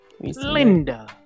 Linda